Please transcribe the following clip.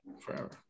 forever